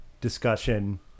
discussion